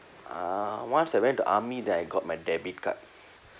uh once I went to army then I got my debit card